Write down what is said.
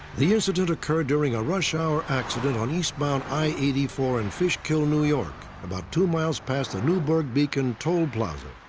the incident occurred during a rush hour accident on eastbound i eighty four in fishkill, new york about two miles past the newburgh-beacon toll plaza.